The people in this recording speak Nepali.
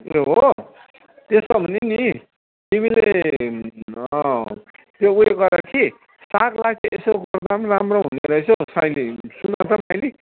ए हो त्यसो भने नि तिमीले त्यो उयो गर कि सागलाई चाहिँ यसो गर्दा राम्रो हुने रहेछ हौ साइँली सुन त साइँली